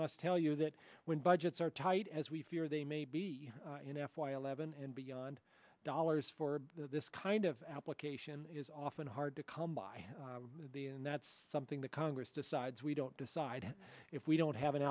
must tell you that when budgets are tight as we fear they may be in f y eleven and beyond dollars for this kind of application is often hard to come by the and that's something the congress decides we don't decide if we don't have an